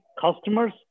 customers